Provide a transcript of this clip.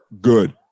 good